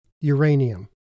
uranium